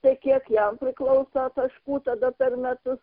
tai kiek jam priklauso taškų tada per metus